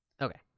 okay